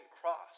cross